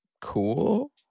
cool